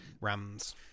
Rams